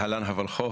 להלן הולחו"ף,